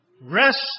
Rest